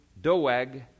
Doeg